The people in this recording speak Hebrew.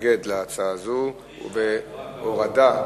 מתנגד להצעה זו ומציע להוריד.